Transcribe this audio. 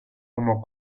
como